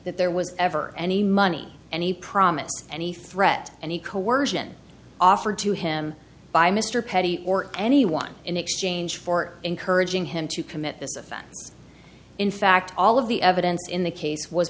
that there was ever any money and he promised any threat and he coersion offered to him by mr petit or anyone in exchange for encouraging him to commit this offense in fact all of the evidence in the case w